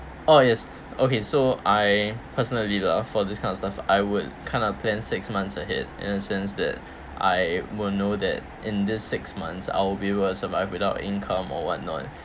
oh yes okay so I personally lah for this kind of stuff I would kind of plan six months ahead and since that I will know that in these six months I'll be able to survive without income or whatnot